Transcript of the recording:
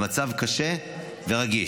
במצב קשה ורגיש.